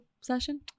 session